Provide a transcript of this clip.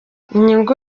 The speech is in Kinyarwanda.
inyungu